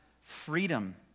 freedom